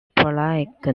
pollack